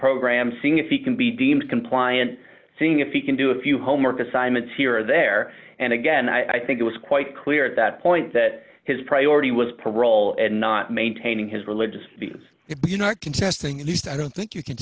program seeing if he can be deemed compliant seeing if he can do a few homework assignments here or there and again i think it was quite clear at that point that his priority was parole and not maintaining his religious views if you're not contesting at least i don't think you c